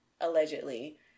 allegedly